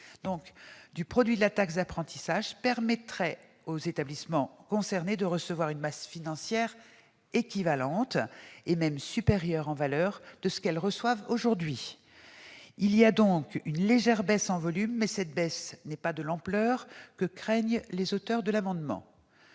13 % du produit de la taxe d'apprentissage permettraient aux établissements concernés de recevoir une masse financière équivalente, voire supérieure en valeur, à celle qu'ils reçoivent aujourd'hui. Il y a donc une légère baisse en volume, mais sans que celle-ci atteigne l'ampleur que craignent les auteurs de l'amendement.